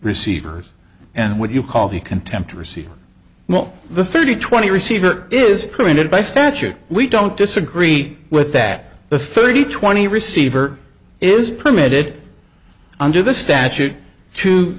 receivers and what you call the contempt receiver not the thirty twenty receiver is printed by statute we don't disagree with that the thirty twenty receiver is permitted under the statute to